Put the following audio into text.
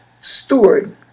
steward